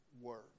word